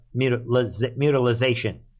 mutilization